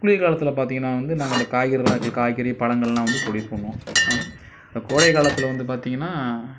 குளிர்காலத்தில் பார்த்திங்கன்னா வந்து நாங்கள் இந்த காய்கறிலாம் இருக்குல காய்கறி பழங்கள்லாம் வந்து புரொடியூஸ் பண்ணுவோம் இப்போ கோடைக்காலத்தில் வந்து பார்த்திங்கன்னா